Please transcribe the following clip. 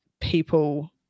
people